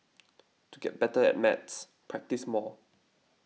to get better at maths practise more